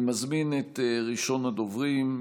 אני מזמין את ראשון הדוברים,